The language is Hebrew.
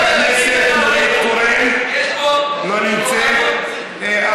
חברת הכנסת נורית קורן, לא נמצאת.